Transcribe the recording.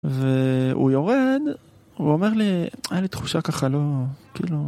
והוא יורד, הוא אומר לי, היה לי תחושה ככה, לא, כאילו...